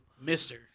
mister